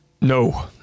No